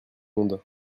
monde